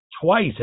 twice